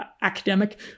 academic